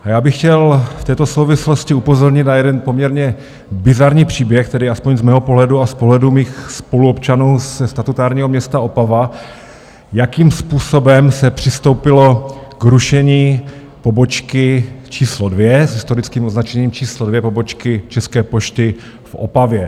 Já bych chtěl v této souvislosti upozornit na jeden poměrně bizarní příběh, tedy aspoň z mého pohledu a z pohledu mých spoluobčanů ze statutárního města Opava, jakým způsobem se přistoupilo k rušení pobočky číslo dvě, s historickým označením číslo dvě, pobočky České pošty v Opavě.